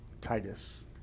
Titus